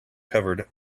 covered